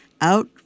Out